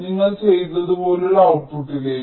നിങ്ങൾ ചെയ്തതുപോലുള്ള ഔട്ട്പുട്ട്ടിലേക്ക്